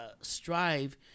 strive